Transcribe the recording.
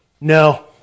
no